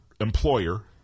employer